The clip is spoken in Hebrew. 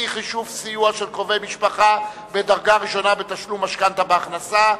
אי-חישוב סיוע של קרובי משפחה מדרגה ראשונה בתשלום משכנתה כהכנסה),